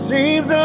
Seems